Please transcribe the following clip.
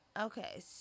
Okay